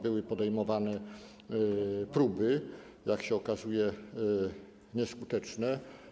Były podejmowane próby, jak się okazuje, nieskuteczne.